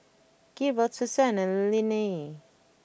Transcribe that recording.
Gerold Susanna and Linnie